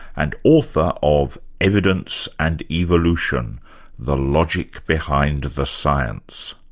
and author of evidence and evolution the logic behind the science.